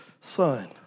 son